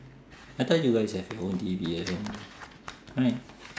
I thought you guys have your own T_V at home right